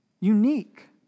Unique